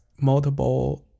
multiple